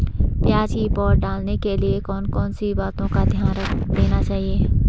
प्याज़ की पौध डालने के लिए कौन कौन सी बातों का ध्यान देना चाहिए?